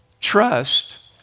trust